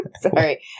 Sorry